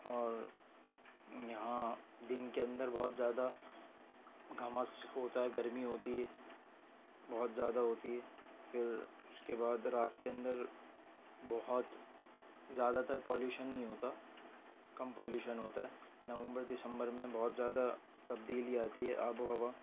اور یہاں دن کے اندر بہت زیادہ گھمس ہوتا گرمی ہوتی ہے بہت زیادہ ہوتی ہے پھر اس کے بعد رات کے اندر بہت زیادہ تر پالیوشن نہیں ہوتا کم پالیوشن ہوتا ہے نومبر دسمبر میں بہت زیادہ تبدیلی آتی ہے آب و ہوا